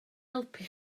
helpu